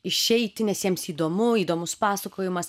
išeiti nes jiems įdomu įdomus pasakojimas